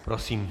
Prosím.